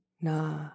na